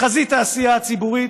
בחזית העשייה הציבורית,